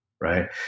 right